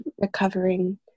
recovering